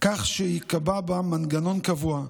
כך שייקבע בה מנגנון קבוע,